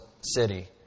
city